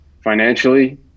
financially